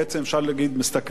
שני בני-הזוג עובדים,